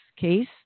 case